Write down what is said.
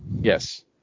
yes